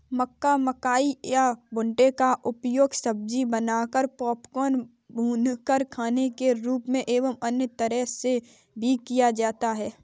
मक्का, मकई या भुट्टे का उपयोग सब्जी बनाकर, पॉपकॉर्न, भूनकर खाने के रूप में एवं अन्य तरह से भी किया जाता है